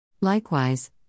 Likewise